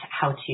how-to